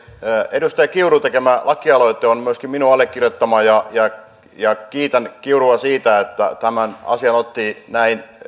edustaja kiurun tekemä lakialoite on myöskin minun allekirjoittama ja ja kiitän kiurua siitä että hän tämän asian otti näin